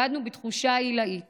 צעדנו בתחושה עילאית